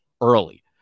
early